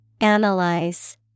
Analyze